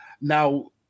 Now